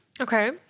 Okay